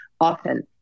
often